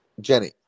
Jenny